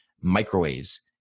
microwaves